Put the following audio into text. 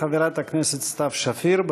חברת הכנסת סתיו שפיר,